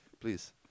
Please